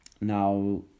Now